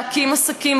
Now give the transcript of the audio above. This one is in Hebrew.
להקים עסקים.